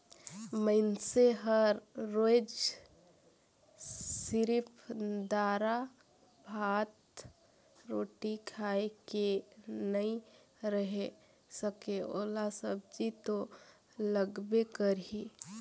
मइनसे हर रोयज सिरिफ दारा, भात, रोटी खाए के नइ रहें सके ओला सब्जी तो लगबे करही